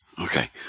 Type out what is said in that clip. Okay